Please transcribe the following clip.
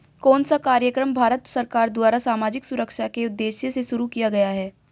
कौन सा कार्यक्रम भारत सरकार द्वारा सामाजिक सुरक्षा के उद्देश्य से शुरू किया गया है?